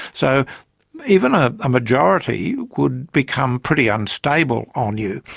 so even a majority would become pretty unstable on you.